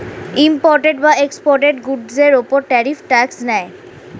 imported বা exported গুডসের উপর ট্যারিফ ট্যাক্স নেয়